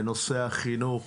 לנושא החינוך,